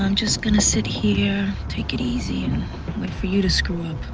um just going to sit here. take it easy for you to scream